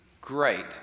great